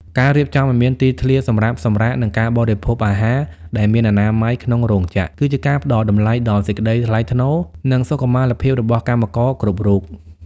ការរៀបចំឱ្យមានទីធ្លាសម្រាប់សម្រាក និងការបរិភោគអាហារដែលមានអនាម័យក្នុងរោងចក្រ គឺជាការផ្ដល់តម្លៃដល់សេចក្ដីថ្លៃថ្នូរ និងសុខុមាលភាពរបស់កម្មករគ្រប់រូប។